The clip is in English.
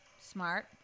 Smart